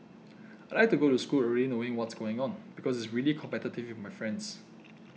I like to go to school already knowing what's going on because it's really competitive with my friends